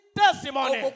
testimony